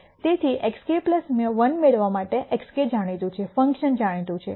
તેથી xk 1 મેળવવા માટે xk જાણીતું છે ફંક્શન જાણીતું છે